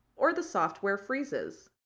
or the software freezes.